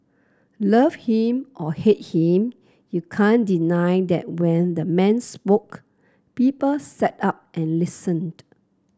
love him or hate him you can't deny that when the man spoke people sat up and listened